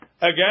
again